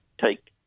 take